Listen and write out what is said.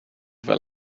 fel